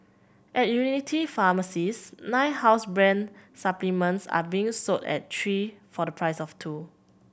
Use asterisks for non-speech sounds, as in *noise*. at *unintelligible* pharmacies nine house brand supplements are being sold at three for the price of two